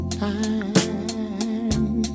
time